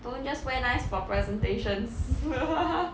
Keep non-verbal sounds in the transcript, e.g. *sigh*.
don't just wear nice for presentations *laughs*